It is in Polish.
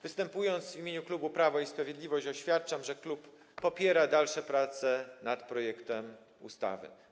Występując w imieniu klubu Prawo i Sprawiedliwość, oświadczam, że klub popiera dalsze prace nad projektem ustawy.